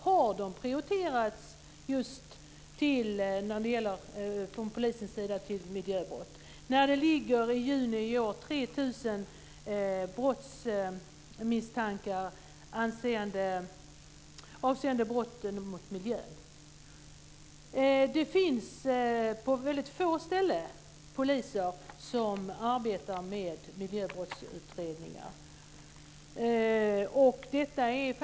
Har de prioriterats just till miljöbrott? I juni i år ligger det 3 000 brottsmisstankar avseende brott mot miljön. Poliser som arbetar med miljöbrottsutredningar finns på väldigt få ställen.